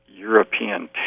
European